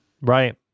Right